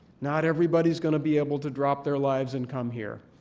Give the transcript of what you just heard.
not everybody is going to be able to drop their lives and come here.